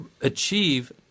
achieve